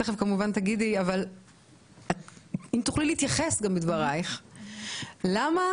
אם תוכלי להתייחס בדברייך למה,